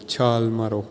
ਛਾਲ ਮਾਰੋ